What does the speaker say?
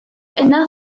yna